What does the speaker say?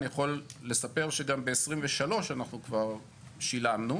אני יכול לספר שגם ב-2023 אנחנו כבר שילמנו.